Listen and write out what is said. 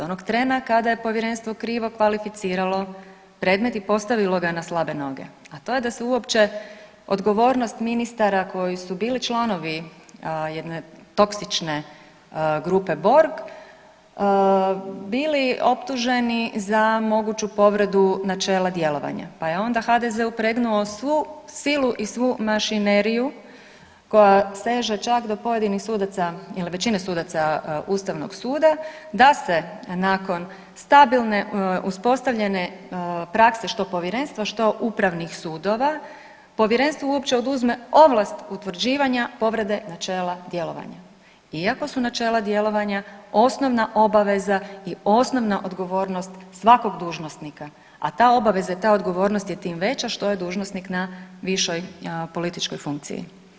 Onog trena kad je Povjerenstvo krivo kvalificiralo predmet i postavilo ga na slabe noge, a to je da se uopće odgovornost ministara koji su bili članovi jedne toksične grupe Borg bili optuženi za moguću povredu načela djelovanja pa je onda HDZ upregnuo svu silu i svu mašineriju koja seže čak do pojedinih sudaca ili većine sudaca Ustavnog suda, da se nakon stabilne uspostavljene prakse, što Povjerenstva, što upravnih sudova, Povjerenstvu uopće oduzme ovlast utvrđivanja povrede načela djelovanja iako su načela djelovanja osnovna obaveza i osnovna odgovornost svakog dužnosnika, a ta obaveza i ta odgovornost je time veća što je dužnosnik na višoj političkoj funkciji.